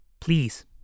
please